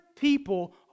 people